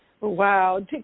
Wow